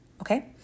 Okay